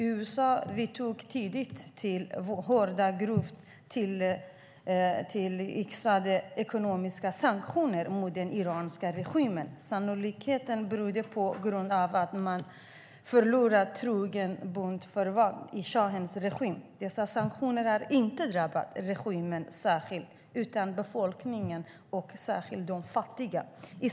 USA vidtog tidigt hårda, grovt tillyxade, ekonomiska sanktioner mot den iranska regimen, sannolikt på grund av att man förlorat en trogen bundsförvant i shahens regim. Dessa sanktioner har inte drabbat regimen, utan i stället har de drabbat befolkningen, särskilt fattiga människor.